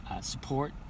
support